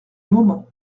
moment